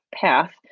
path